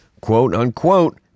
quote-unquote